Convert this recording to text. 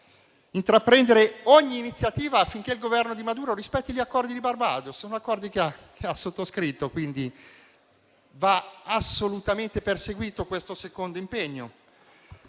intraprendere ogni iniziativa affinché il Governo di Maduro rispetto agli accordi di Barbados, che ha sottoscritto. Quindi, va assolutamente perseguito questo secondo impegno,